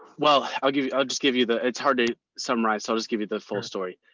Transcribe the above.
well, i'll give you, i'll just give you the it's hard to summarize. so i'll just give you the full story.